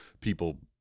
people